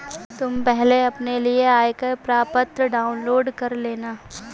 तुम पहले अपने लिए आयकर प्रपत्र डाउनलोड कर लेना